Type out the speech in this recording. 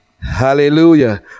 hallelujah